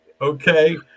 okay